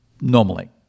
normally